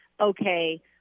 okay